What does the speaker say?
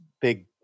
big